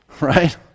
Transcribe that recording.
Right